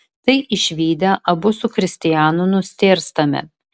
tai išvydę abu su kristianu nustėrstame